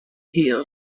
healed